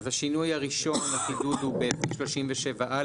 אז השינוי הראשון לחידוד הוא 37א,